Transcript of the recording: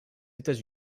états